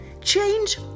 Change